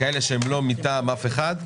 כאלה שהם לא מטעם אף אחד,